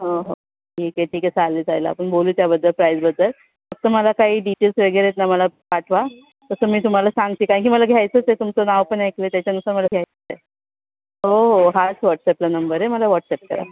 हो ठीक आहे ठीक आहे चालेल चालेल आपण बोलू त्याबद्दल प्राईजबद्दल फक्त मला काही डिटेल्स वगैरे आहेत ना मला पाठवा तसं मी तुम्हाला सांगते कारण की मला घ्यायचंच आहे तुमचं नाव पण ऐकलं आहे त्याच्यानुसार मला घ्यायचंच आहे हो हो हाच व्हॉट्सअॅपचा नंबर आहे मला व्हॉट्सअॅप करा